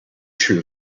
true